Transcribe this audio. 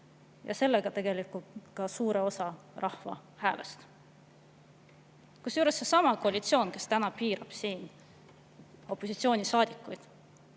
ja sellega tegelikult ka suure osa rahva häält. Kusjuures seesama koalitsioon, kes täna piirab siin opositsioonisaadikuid,